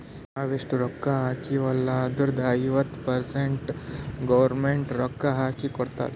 ನಾವ್ ಎಷ್ಟ ರೊಕ್ಕಾ ಹಾಕ್ತಿವ್ ಅಲ್ಲ ಅದುರ್ದು ಐವತ್ತ ಪರ್ಸೆಂಟ್ ಗೌರ್ಮೆಂಟ್ ರೊಕ್ಕಾ ಹಾಕಿ ಕೊಡ್ತುದ್